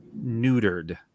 neutered